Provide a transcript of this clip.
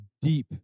deep